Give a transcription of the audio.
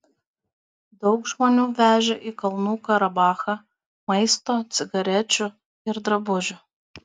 daug žmonių vežė į kalnų karabachą maisto cigarečių ir drabužių